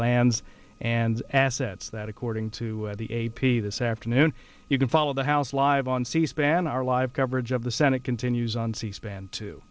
lands and assets that according to the a p this afternoon you can follow the house live on c span our live coverage of the senate continues on c span to